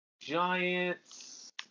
Giants